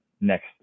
next